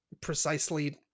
precisely